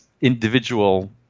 individual